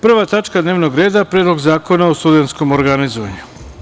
Prva tačka dnevnog reda – PREDLOG ZAKONA O STUDENTSKOM ORGANIZOVANjU.